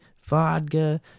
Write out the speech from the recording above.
vodka